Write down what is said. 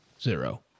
Zero